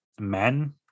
men